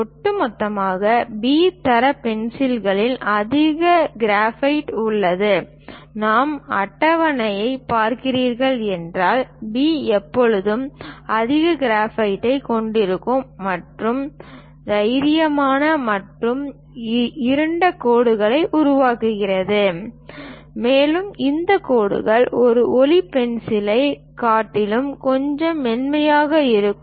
ஒட்டுமொத்தமாக பி தர பென்சில்களில் அதிக கிராஃபைட் உள்ளது நாம் அட்டவணையைப் பார்க்கிறீர்கள் என்றால் பி எப்போதும் அதிக கிராஃபைட்டைக் கொண்டிருக்கிறது மற்றும் தைரியமான மற்றும் இருண்ட கோட்டை உருவாக்குகிறது மேலும் இந்த கோடுகள் ஒரு ஒளி பென்சிலைக் காட்டிலும் கொஞ்சம் மென்மையாக இருக்கும்